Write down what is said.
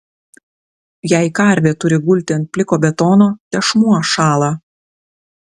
jei karvė turi gulti ant pliko betono tešmuo šąla